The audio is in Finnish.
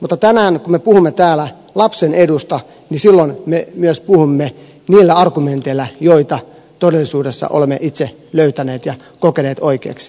mutta tänään kun me puhumme täällä lapsen edusta niin silloin me myös puhumme niillä argumenteilla jotka todellisuudessa olemme itse löytäneet ja kokeneet oikeiksi